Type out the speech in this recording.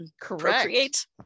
correct